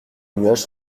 nuages